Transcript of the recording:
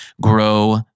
grow